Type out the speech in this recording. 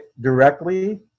directly